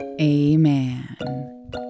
Amen